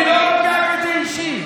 אני לא לוקח את זה אישי.